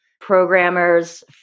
programmers